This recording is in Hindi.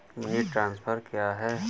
मनी ट्रांसफर क्या है?